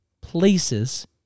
places